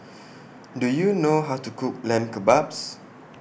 Do YOU know How to Cook Lamb Kebabs